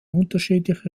unterschiedliche